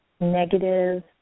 negative